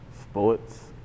sports